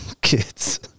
kids